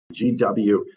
GW